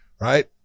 Right